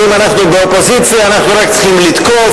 שאם אנחנו באופוזיציה אנחנו רק צריכים לתקוף,